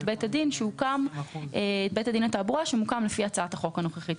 את בית הדין לתעבורה שמוקם לפי הצעת החוק הנוכחית.